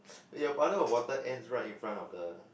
eh your puddle of water ends right in front of the